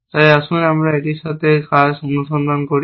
তাই আসুন আমরা এটির সাথে কাজ অনুসন্ধান করি